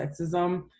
sexism